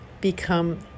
become